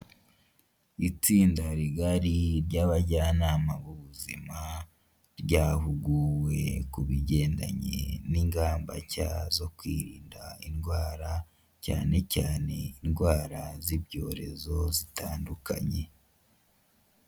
Itsinda rigari ry'abajyanama b'ubuzima, ryahuguwe ku bigendanye n'ingamba nshya zo kwirinda indwara. Cyane cyane indwara z'ibyorezo zitandukanye.